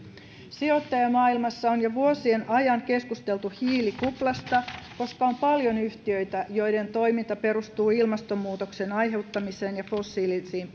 sijoittajamaailmassa on jo vuosien ajan keskusteltu hiilikuplasta koska on paljon yhtiöitä joiden toiminta perustuu ilmastonmuutoksen aiheuttamiseen ja fossiilisiin